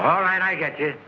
all right i get it